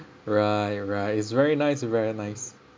right right it's very nice very nice